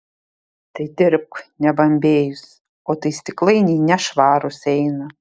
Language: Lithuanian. tai dirbk nebambėjus o tai stiklainiai nešvarūs eina